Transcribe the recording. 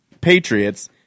Patriots